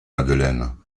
madeleine